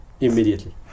immediately